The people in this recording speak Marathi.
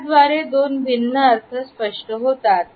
याद्वारे दोन भिन्न अर्थ स्पष्ट होतात